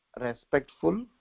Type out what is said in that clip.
respectful